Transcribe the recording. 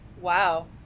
wow